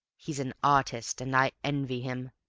he's an artist, and i envy him.